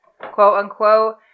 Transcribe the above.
quote-unquote